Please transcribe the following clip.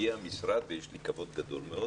הגיע המשרד ויש לי כבוד גדול מאוד